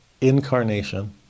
incarnation